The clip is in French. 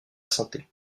santé